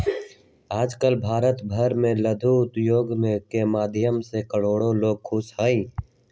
आजकल भारत भर में लघु उद्योग के माध्यम से करोडो लोग खुश हई